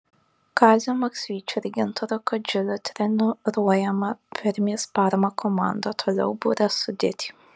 kazio maksvyčio ir gintaro kadžiulio treniruojama permės parma komanda toliau buria sudėtį